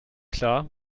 klar